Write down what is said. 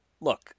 look